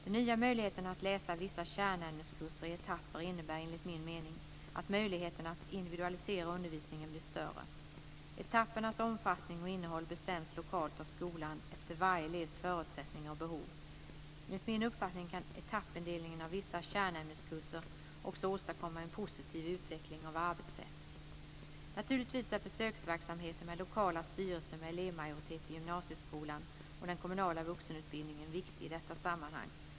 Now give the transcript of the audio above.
Den nya möjligheten att läsa vissa kärnämneskurser i etapper innebär enligt min mening att möjligheterna att individualisera undervisningen blir större. Etappernas omfattning och innehåll bestäms lokalt av skolan efter varje elevs förutsättningar och behov. Enligt min uppfattning kan etappindelningen av vissa kärnämneskurser också åstadkomma en positiv utveckling av arbetssätt. Naturligtvis är också försöksverksamheten med lokala styrelser med elevmajoritet i gymnasieskolan och den kommunala vuxenutbildningen viktig i detta sammanhang.